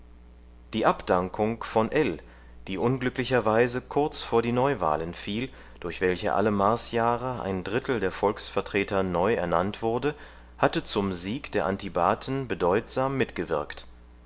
die abdankung von ell die unglücklicherweise kurz vor die neuwahlen fiel durch welche alle marsjahre ein drittel der volksvertreter neu ernannt wurde hatte zum sieg der antibaten bedeutsam mitgewirkt